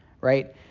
right